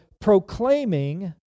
proclaiming